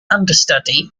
understudy